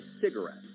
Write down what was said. cigarettes